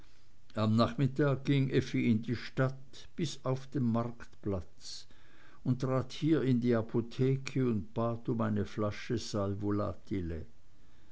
am nachmittag ging effi in die stadt bis auf den marktplatz und trat hier in die apotheke und bat um eine flasche sal